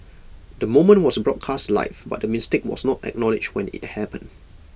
the moment was broadcast live but the mistake was not acknowledged when IT happened